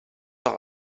doch